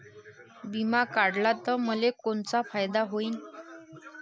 बिमा काढला त मले कोनचा फायदा होईन?